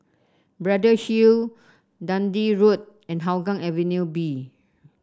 Braddell Hill Dundee Road and Hougang Avenue B